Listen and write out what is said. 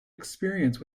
experience